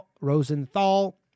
Rosenthal